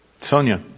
Sonia